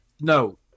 No